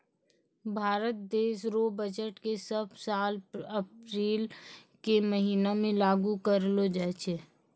भारत देश रो बजट के सब साल अप्रील के महीना मे लागू करलो जाय छै